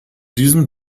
diesem